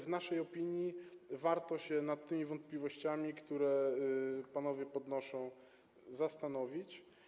W naszej opinii warto się nad tymi wątpliwościami, które panowie podnoszą, zastanowić.